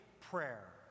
prayer